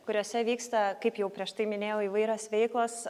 kuriose vyksta kaip jau prieš tai minėjau įvairios veiklos